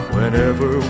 Whenever